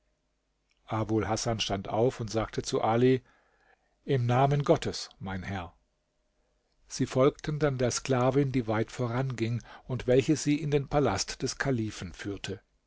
abul hasan stand auf und sagte zu ali im namen gottes mein herr sie folgten dann der sklavin die weit voranging und welche sie in den palast des kalifen führte